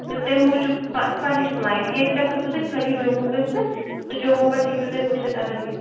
تہٕ تَمہِ موٗجوٗب سۄ سۄ ہِش فٕلایِٹ ییٚتہِ پیٚٹھ ہیٚکِو تُہۍ خٲلی جموں گٔژھِتھ تہٕ جموں پیٚٹھ ہیٚکِو تُہۍ وُچھِتھ اگر یہِ